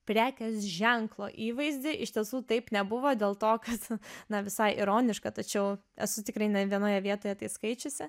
prekės ženklo įvaizdį iš tiesų taip nebuvo dėl to kad na visai ironiška tačiau esu tikrai ne vienoje vietoje tai skaičiusi